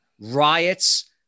riots